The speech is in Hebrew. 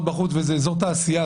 לעמוד בחוץ וזה אזור תעשייה,